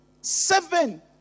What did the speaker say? Seven